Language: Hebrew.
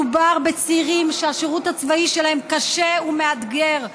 מדובר בצעירים שהשירות הצבאי שלהם קשה ומאתגר,